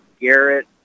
Garrett